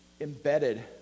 embedded